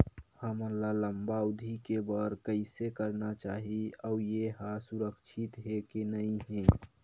हमन ला लंबा अवधि के बर कइसे करना चाही अउ ये हा सुरक्षित हे के नई हे?